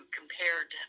compared